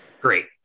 Great